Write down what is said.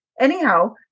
Anyhow